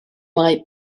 mae